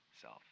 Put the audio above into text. self